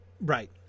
right